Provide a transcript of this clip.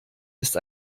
ist